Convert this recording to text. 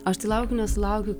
aš tai laukiu nesulaukiu